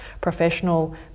professional